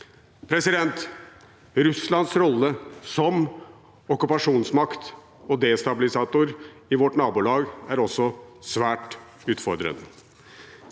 februar. Russlands rolle som okkupasjonsmakt og destabilisator i vårt nabolag er også svært utfordrende.